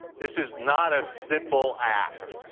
this is not a simple act,